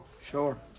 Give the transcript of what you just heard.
Sure